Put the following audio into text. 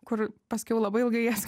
kur paskiau labai ilgai jas